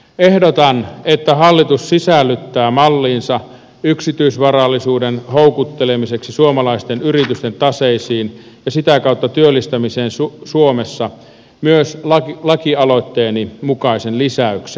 ehdotan että hallitus sisällyttää malliinsa yksityisvarallisuuden houkuttelemiseksi suomalaisten yritysten taseisiin ja sitä kautta työllistämiseen suomessa myös lakialoitteeni mukaisen lisäyksen